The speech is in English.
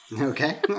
Okay